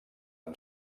amb